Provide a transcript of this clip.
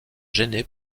gêné